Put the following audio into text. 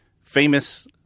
famous